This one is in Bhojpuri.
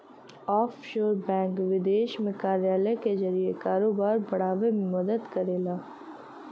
ऑफशोर बैंक विदेश में कार्यालय के जरिए कारोबार बढ़ावे में मदद करला